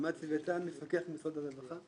אמץ לויתן, מפקח משרד הרווחה.